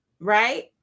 right